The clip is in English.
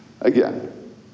again